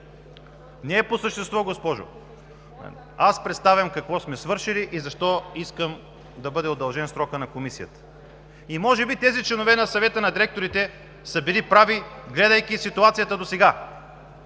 Не е по същество, госпожо. Аз представям какво сме свършили и защо искам да бъде удължен срокът на Комисията. И може би тези членове на Съвета на директорите са били прави, гледайки ситуацията досега.